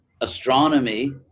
astronomy